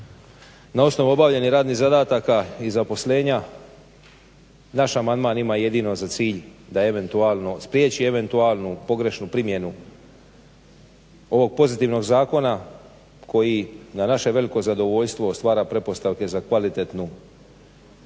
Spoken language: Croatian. na osnovu obavljenih radnih zadataka i zaposlenja. Naš amandman ima jedino za cilj da eventualno spriječi eventualnu pogrešnu primjenu ovog pozitivnog zakona koji na naše veliko zadovoljstvo stvara pretpostavke za kvalitetnu uslugu